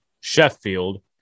Sheffield